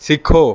ਸਿੱਖੋ